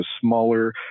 smaller